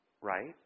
right